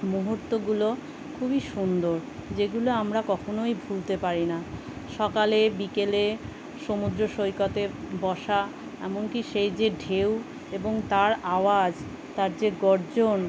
মুহূর্তগুলো খুবই সুন্দর যেগুলো আমরা কখনোই ভুলতে পারি না সকালে বিকেলে সমুদ্র সৈকতে বসা এমনকি সেই যে ঢেউ এবং তার আওয়াজ তার যে গর্জন